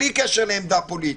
בלי קשר לעמדה פוליטית.